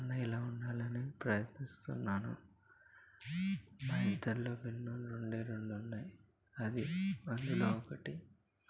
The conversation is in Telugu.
అన్నయ్యలా ఉండాలని ప్రయత్నిస్తున్నాను మా ఇద్దరిలో భిన్నాలు రెండే రెండు ఉన్నాయి అది అందులో ఒకటి